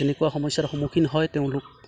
তেনেকুৱা সমস্যাৰ সন্মুখীন হয় তেওঁলোক